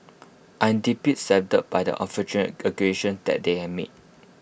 I am deeply saddened by the unfortunate allegations that they have made